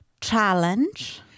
challenge